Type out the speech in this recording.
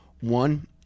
One